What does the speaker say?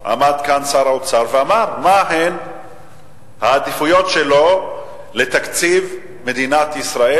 שר האוצר עמד כאן ואמר מהן העדיפויות שלו לתקציב מדינת ישראל,